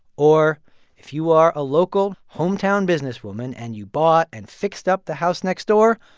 or if you are a local hometown businesswoman and you bought and fixed up the house next door,